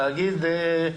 לומר משהו.